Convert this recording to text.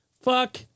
Fuck